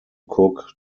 cook